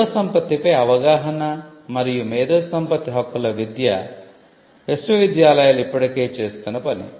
మేధోసంపత్తిపై అవగాహన మరియు మేధోసంపత్తి హక్కుల విద్య విశ్వవిద్యాలయాలు ఇప్పటికే చేస్తున్న పని